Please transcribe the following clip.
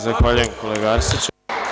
Zahvaljujem, kolega Arsiću.